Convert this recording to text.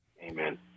Amen